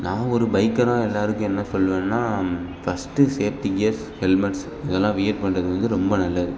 நான் ஒரு பைக்கராக எல்லோருக்கும் என்ன சொல்லுவேன்னால் ஃபஸ்ட்டு சேஃப்டி கியர்ஸ் ஹெல்மெட்ஸ் இதெல்லாம் வியர் பண்ணுறது வந்து ரொம்ப நல்லது